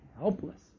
helpless